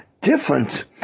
different